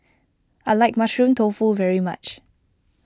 I like Mushroom Tofu very much